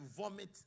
vomit